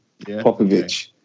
Popovich